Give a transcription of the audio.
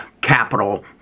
capital